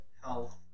health